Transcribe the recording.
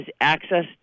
access